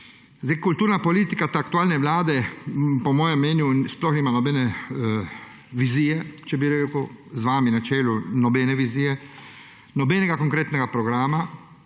Kulturna politika aktualne vlade po mojem mnenju sploh nima nobene vizije, če bi rekel, z vami na čelu nobene vizije, nobenega konkretnega programa,